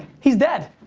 he's dead.